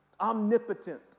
Omnipotent